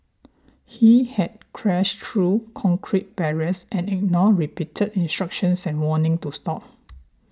he had crashed through concrete barriers and ignored repeated instructions and warning to stop